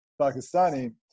Pakistani